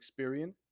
Experian